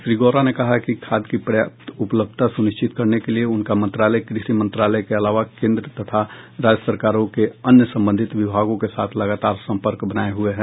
श्री गौड़ा ने कहा कि खाद की पर्याप्त उपलब्धता सुनिश्चित करने के लिए उनका मंत्रालय कृषि मंत्रालय के अलावा केन्द्र तथा राज्य सरकारों के अन्य संबंधित विभागों के साथ लगातार संपर्क बनाए हुए है